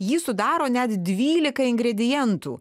jį sudaro net dvylika ingredientų